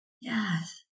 Yes